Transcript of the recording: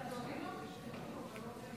להכניס לפרוטוקול: בעד.